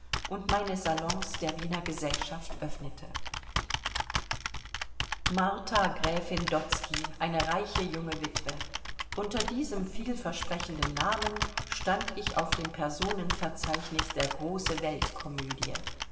und meine salons der wiener gesellschaft öffnete martha gräfin dotzky eine reiche junge witwe unter diesem vielversprechenden namen stand ich auf dem personenverzeichnis der große welt